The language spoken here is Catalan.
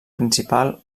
principal